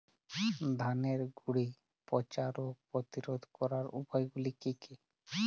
ধানের গুড়ি পচা রোগ প্রতিরোধ করার উপায়গুলি কি কি?